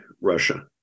Russia